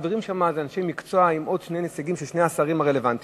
החברים שם הם אנשי מקצוע עם עוד שני נציגים של שני השרים הרלוונטיים,